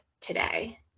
today